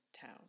town